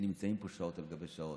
שנמצאים פה שעות על גבי שעות,